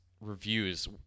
reviews